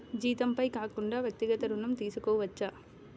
జీతంపై కాకుండా వ్యక్తిగత ఋణం తీసుకోవచ్చా?